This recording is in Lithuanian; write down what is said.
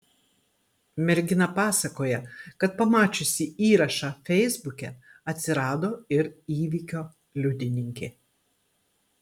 mergina pasakoja kad pamačiusi įrašą feisbuke atsirado ir įvykio liudininkė